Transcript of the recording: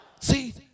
see